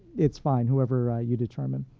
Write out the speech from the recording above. it's fine whoever you determine,